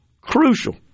crucial